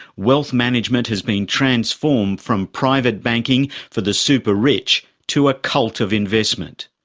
wealth management has been transformed from private banking for the super-rich to a cult of investment.